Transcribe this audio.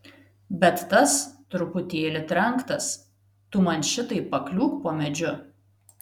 bet tas truputėlį trenktas tu man šitaip pakliūk po medžiu